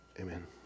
Amen